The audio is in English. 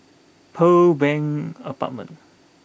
Pearl Bank Apartment